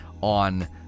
on